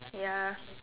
ya